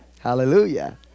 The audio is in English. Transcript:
Hallelujah